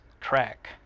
track